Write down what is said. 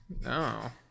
no